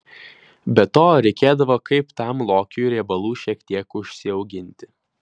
be to reikėdavo kaip tam lokiui riebalų šiek tiek užsiauginti